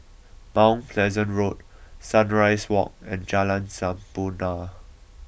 Mount Pleasant Road Sunrise Walk and Jalan Sampurna